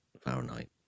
Fahrenheit